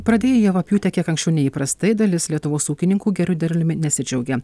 pradėję javapjūtę kiek anksčiau nei įprastai dalis lietuvos ūkininkų geru derliumi nesidžiaugia